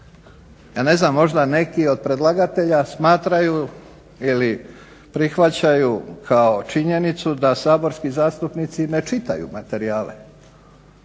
Ja ne znam, možda neki od predlagatelja smatraju ili prihvaćaju kao činjenicu da saborski zastupnici ne čitaju materijale.